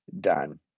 done